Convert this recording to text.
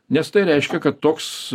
nes tai reiškia kad toks